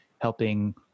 helping